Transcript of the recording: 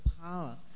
power